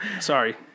Sorry